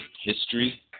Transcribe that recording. history